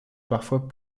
parfois